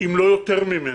אם לא יותר ממנו.